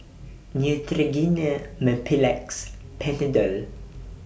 Neutrogena Mepilex Panadol